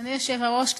אדוני היושב-ראש,